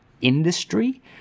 industry